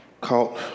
caught